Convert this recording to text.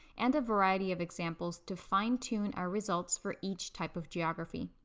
and a variety of examples to fine tune our results for each type of geography.